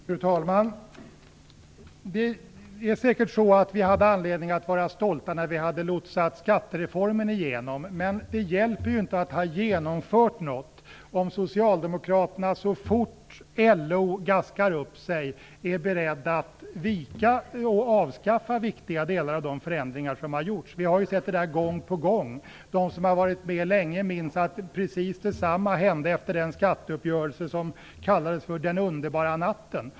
Fru talman! Det är säkert så att vi hade anledning att vara stolta när vi hade lotsat igenom skattereformen. Men det hjälper inte att ha genomfört någonting om Socialdemokraterna är beredda att ge vika och avskaffa viktiga delar av de förändringar som har genomförts så fort LO gaskar upp sig. Vi har sett detta gång på gång. De som har varit med länge minns att precis samma sak hände efter den skatteuppgörelse som kallades för "den underbara natten".